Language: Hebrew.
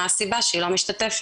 מה הסיבה שהיא לא משתתפת,